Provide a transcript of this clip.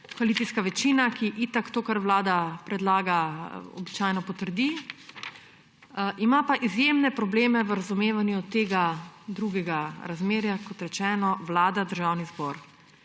koalicijska večina, ki itak to, kar Vlada predlaga, običajno potrdi, ima pa izjemne probleme v razumevanju tega drugega razmerja, kot rečeno, Vlada–Državni zbor.